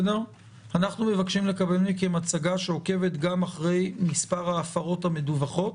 אנחנו מבקשים לקבל מכם הצגה שעוקבת גם אחרי מספר ההפרות המדווחות